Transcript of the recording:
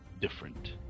different